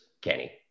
Kenny